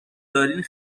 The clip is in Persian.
دارین